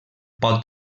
pot